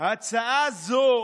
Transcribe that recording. ההצעה הזאת